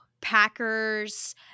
Packers